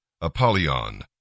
Apollyon